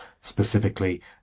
specifically